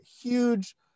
huge